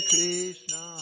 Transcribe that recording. Krishna